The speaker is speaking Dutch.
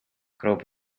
kroop